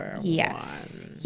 yes